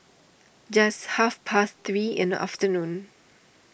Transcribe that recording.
just half past three in the afternoon